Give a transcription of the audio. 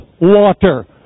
water